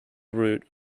root